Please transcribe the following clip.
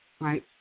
Right